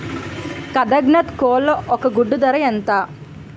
కదక్నత్ కోళ్ల ఒక గుడ్డు ధర ఎంత?